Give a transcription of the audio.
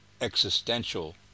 existential